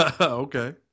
Okay